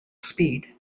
speed